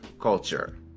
Culture